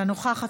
אינה נוכחת,